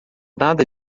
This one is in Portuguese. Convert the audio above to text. nada